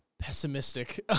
pessimistic